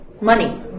money